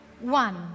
one